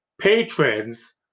Patrons